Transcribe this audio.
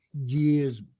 years